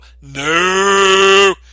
No